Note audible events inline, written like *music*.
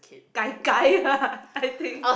kai kai *laughs* I think